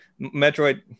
Metroid